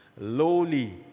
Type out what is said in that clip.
lowly